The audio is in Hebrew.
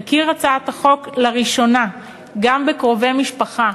תכיר הצעת החוק לראשונה גם בקרובי משפחה,